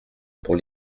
pour